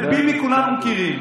את ביבי כולנו מכירים.